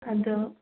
ꯑꯗꯣ